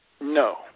No